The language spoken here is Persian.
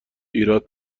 ایراد